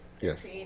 Yes